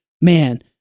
man